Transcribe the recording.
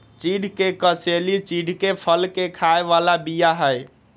चिढ़ के कसेली चिढ़के फल के खाय बला बीया हई